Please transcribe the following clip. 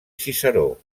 ciceró